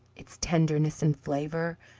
its tenderness and flavour,